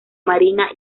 marina